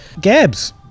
Gabs